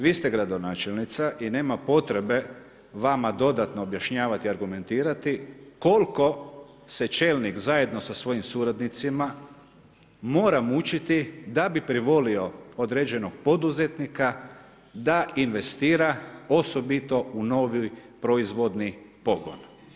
Vi ste gradonačelnica i nema potrebe vama dodatno objašnjavati i argumentirati koliko se čelnik zajedno sa svojim suradnicima mora mučiti da bi privolio određenog poduzetnika da investira osobito u novi proizvodni pogon.